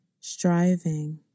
striving